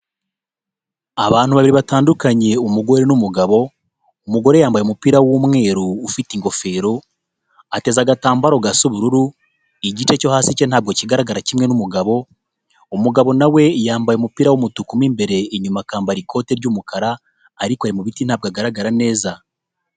Abantu babiri batandukanye umugore n'umugabo, umugore yambaye umupira w'umweru ufite ingofero, ateze agatambaro gasa ubururu, igice cyo hasi cye ntabwo kigaragara kimwe n'umugabo, umugabo nawe yambaye umupira w'umutuku mo imbere, inyuma akambara ikote ry'umukara ariko ari mubi biti ntabwo agaragara neza.